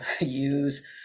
use